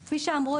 שי חן גל,